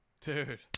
Dude